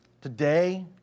Today